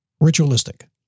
ritualistic